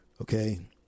Okay